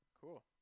Cool